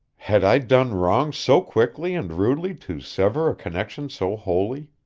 had i done wrong so quickly and rudely to sever a connection so holy?